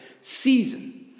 season